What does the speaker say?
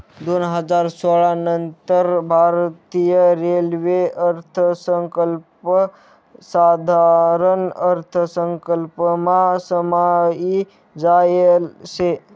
दोन हजार सोळा नंतर भारतीय रेल्वे अर्थसंकल्प साधारण अर्थसंकल्पमा समायी जायेल शे